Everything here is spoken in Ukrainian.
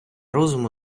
розуму